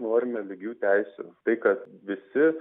norime lygių teisių tai kad visi